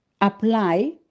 apply